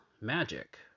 Magic